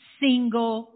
single